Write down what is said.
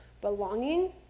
belonging